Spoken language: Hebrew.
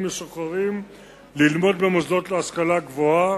משוחררים ללמוד במוסדות להשכלה גבוהה.